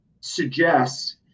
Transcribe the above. suggests